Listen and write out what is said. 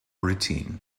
routine